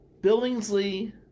Billingsley